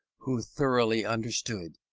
who thoroughly understood,